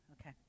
okay